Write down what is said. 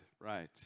right